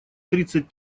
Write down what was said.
тридцать